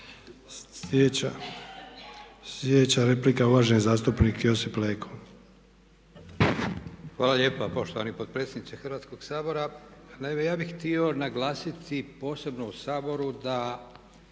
Slijedeća replika je uvaženi zastupnik Josip Leko. **Leko, Josip (SDP)** Hvala lijepa poštovani potpredsjedniče Hrvatskog sabora. Naime ja bih htio naglasiti posebno u Saboru da